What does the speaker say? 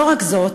לא רק זאת,